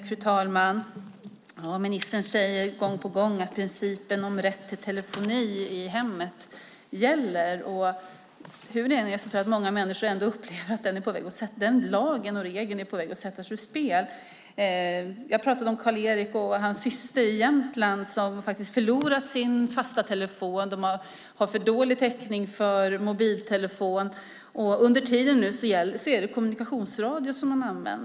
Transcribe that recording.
Fru talman! Ministern säger gång på gång att principen om rätt till telefoni i hemmet gäller. Hur det än är tror jag att många människor upplever att den lagen och regeln är på väg att sättas ur spel. Jag har pratat om Karl-Erik och hans syster i Jämtland som faktiskt förlorat sin fasta telefon. De har för dålig täckning för mobiltelefon, och under tiden använder de nu kommunikationsradio.